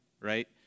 right